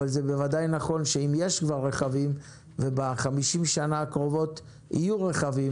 אבל זה בוודאי נכון שאם יש כבר רכבים וב-50 השנה הקרובות יהיו רכבים,